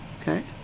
okay